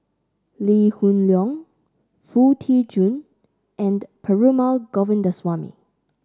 Lee Hoon Leong Foo Tee Jun and Perumal Govindaswamy